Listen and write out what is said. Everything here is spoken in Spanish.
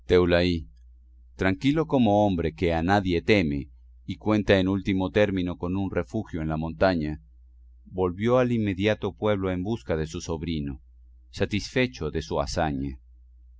tranquilo como hombre que a nadie teme y cuenta en último término con un refugio en la montaña volvió al inmediato pueblo en busca de su sobrino satisfecho de su hazaña